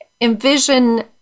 envision